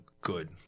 good